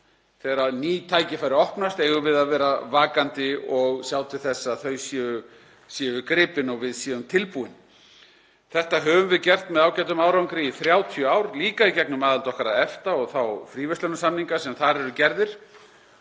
þegar ný tækifæri opnast eigum við að vera vakandi og sjá til þess að þau séu gripin og við séum tilbúin. Þetta höfum við gert með ágætum árangri í 30 ár, líka í gegnum aðild okkar að EFTA og þá fríverslunarsamninga sem þar eru gerðir.